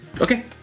Okay